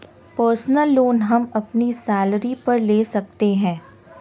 personal loan हम अपनी salary पर ले सकते है